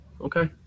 Okay